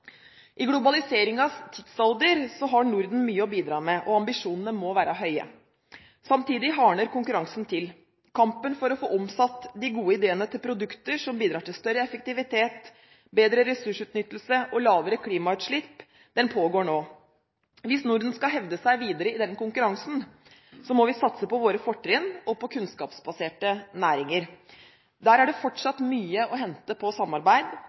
I globaliseringens tidsalder har Norden mye å bidra med, og ambisjonene må være høye. Samtidig hardner konkurransen til. Kampen for å få omsatt de gode ideene til produkter som bidrar til større effektivitet, bedre ressursutnyttelse og lavere klimautslipp, pågår nå. Hvis Norden skal hevde seg videre i denne konkurransen, må vi satse på våre fortrinn og på kunnskapsbaserte næringer. Der er det fortsatt mye å hente på samarbeid,